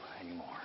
anymore